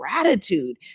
gratitude